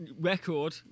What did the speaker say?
record